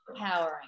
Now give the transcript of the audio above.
empowering